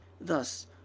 Thus